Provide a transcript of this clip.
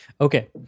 okay